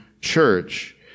church